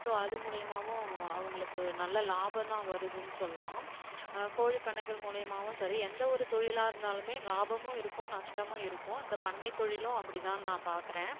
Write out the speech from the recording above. so அது மூலியமாகவும் அவங்களுக்கு நல்ல லாபம் தான் வருதுன்னு சொல்லலாம் கோழிப் பண்ணைகள் மூலியமாகவும் சரி எந்த ஒரு தொழிலாக இருந்தாலும் லாபமும் இருக்கும் நஷ்டமும் இருக்கும் இந்தப் பண்ணைத் தொழிலும் அப்படிதான் நான் பாக்கிறேன்